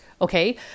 Okay